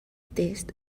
test